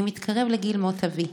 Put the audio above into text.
// אני מתקרב לגיל מות אבי.